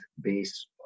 base